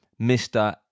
Mr